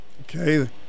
Okay